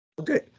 Okay